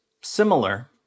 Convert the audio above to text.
similar